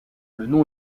nom